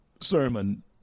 sermon